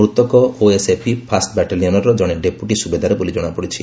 ମୃତକ OSAP first ବାଟାଲିୟନ୍ର ଜଣେ ଡେପୁଟି ସୁବେଦାର ବୋଲି ଜଣାପଡ଼ିଛି